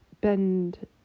bend